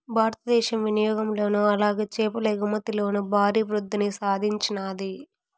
భారతదేశం వినియాగంలోను అలాగే చేపల ఎగుమతిలోను భారీ వృద్దిని సాధించినాది